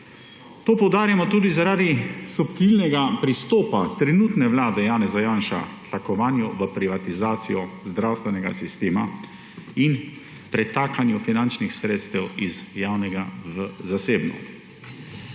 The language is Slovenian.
To poudarjamo tudi zaradi subtilnega pristopa trenutne vlade Janeza Janše k tlakovanju v privatizacijo zdravstvenega sistema in pretakanju finančnih sredstev iz javnega v zasebno.